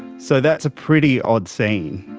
so that's a pretty odd scene.